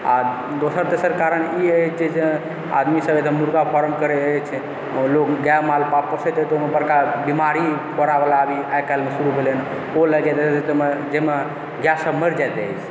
आ दोसर तेसर कारण ई अहि जे आदमीसभ एतए मुर्गा पालन करय अछि लोग गाय माल पोषय छै तऽ ओहिमे बड़का वाला बीमारी आइ काल्हिमे शुरु भेलय हँ ओ लागि जेतै जाहिमे गायसभ मरि जाइत अछि